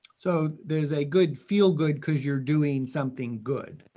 so there's a good feel-good because you're doing something good.